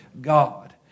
God